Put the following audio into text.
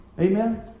Amen